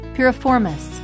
Piriformis